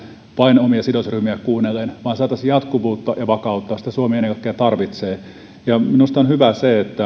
vain omia sidosryhmiä kuunnellen vaan saataisiin jatkuvuutta ja vakautta sitä suomi ennen kaikkea tarvitsee minusta on hyvää se